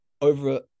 over